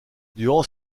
durant